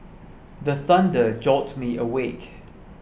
the thunder jolt me awake